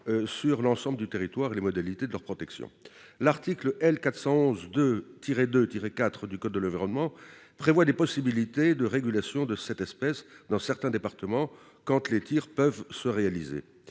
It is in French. sur l'ensemble du territoire et les modalités de leur protection. Néanmoins, le 4° de l'article L. 411-2 du code de l'environnement prévoit une possibilité de régulation de cette espèce dans certains départements, quand les tirs sont possibles.